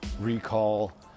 recall